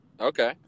Okay